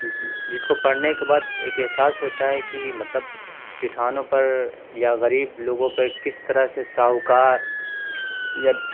جس کو پڑھنے کے بعد ایک احساس ہوتا ہے کہ مطلب کسانوں پر یا غریب لوگوں پہ کس طرح سے ساہوکار یا